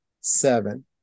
seven